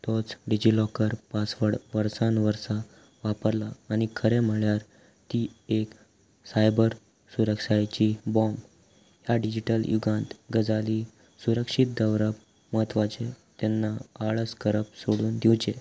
तोच DigiLocker password वर्सान वर्सा वापरला आनी खरें म्हणल्यार ती एक सायबर सुरक्षतायेची बॉम्ब ह्या डिजीटल युगांत गजाली सुरक्षीत दवरप म्हत्वाचें तेन्ना आळस करप सोडून दिवचें